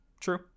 True